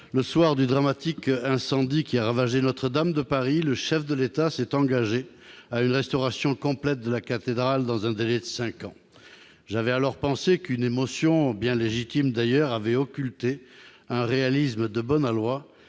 le soir du dramatique incendie qui a ravagé, Notre-Dame de Paris, le chef de l'État s'est engagé à une restauration complète de la cathédrale, dans un délai de 5 ans, j'avais alors pensé qu'une émotion bien légitime d'ailleurs avait occulté un réalisme de bon aloi,